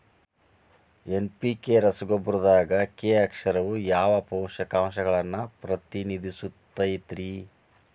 NPK ರಸಗೊಬ್ಬರದಾಗ K ಅಕ್ಷರವು ಯಾವ ಪೋಷಕಾಂಶವನ್ನ ಪ್ರತಿನಿಧಿಸುತೈತ್ರಿ?